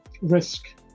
risk